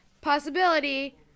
possibility